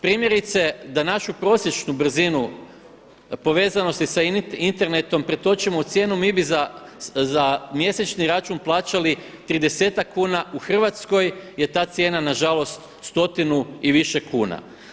Primjerice, da našu prosječnu brzinu povezanosti sa internetom pretočimo u cijenu mi bi za mjesečni račun plaćali 30-ak kuna u Hrvatskoj je ta cijena nažalost stotinu i više kuna.